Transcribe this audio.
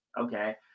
okay